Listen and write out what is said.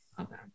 Okay